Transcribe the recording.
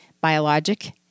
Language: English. biologic